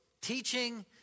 teaching